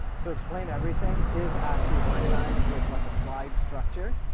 so explain everything is actually organized with like a slide structure.